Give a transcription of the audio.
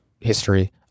history